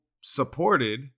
supported